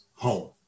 home